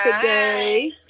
today